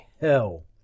hell